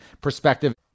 perspective